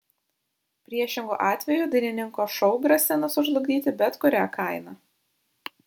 priešingu atveju dainininko šou grasina sužlugdyti bet kuria kaina